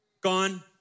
Gone